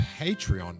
Patreon